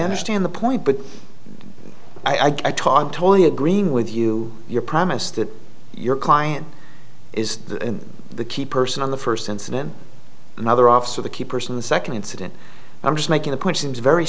understand the point but i taught totally agreeing with you your promise that your client is the key person on the first incident another officer the key person the second incident i'm just making a point seems very